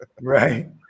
Right